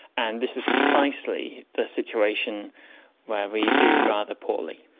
and this is precisely the situation where we do rather poorly.